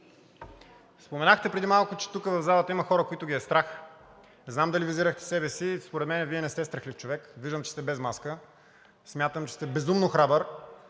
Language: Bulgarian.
споменахте преди малко, че тук, в залата, има хора, които ги е страх. Не знам дали визирахте себе си, според мен Вие не сте страхлив човек – виждам, че сте без маска, смятам, че сте безумно храбър